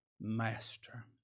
Master